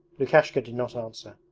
lukashka did not answer.